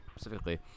specifically